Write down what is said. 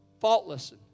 faultless